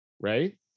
right